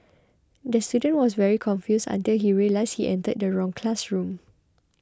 the student was very confused until he realised he entered the wrong classroom